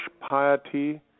Piety